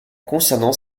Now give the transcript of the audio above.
concernant